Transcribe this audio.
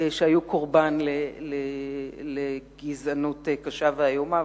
שהיו קורבן לגזענות קשה ואיומה,